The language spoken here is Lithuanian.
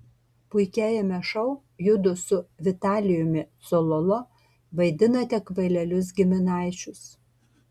puikiajame šou judu su vitalijumi cololo vaidinate kvailelius giminaičius